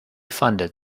funded